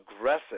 aggressive